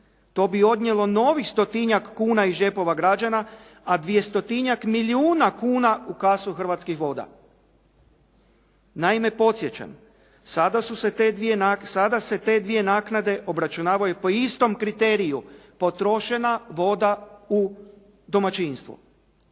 To bi odnijelo novih stotinjak kuna iz džepova građana, 200-tinjak milijuna kuna u kasu Hrvatskih voda. Naime podsjećam, sada se te dvije naknade obračunavaju po istom kriteriju, potrošena voda u domaćinstvu.